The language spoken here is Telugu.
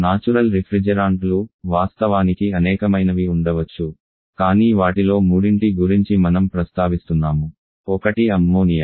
నాచురల్ రిఫ్రిజెరెంట్ లు వాస్తవానికి అనేకమైనవి ఉండవచ్చు కానీ వాటిలో మూడింటి గురించి మనం ప్రస్తావిస్తున్నాము ఒకటి అమ్మోనియా